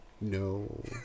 No